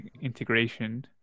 integration